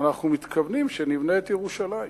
אנחנו מתכוונים שנבנה את ירושלים.